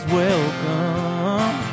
welcome